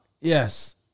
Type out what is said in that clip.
yes